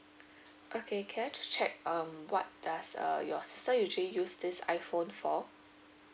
okay can I just check um what does uh your sister usually use this iphone for